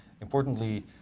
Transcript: Importantly